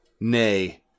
nay